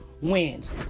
wins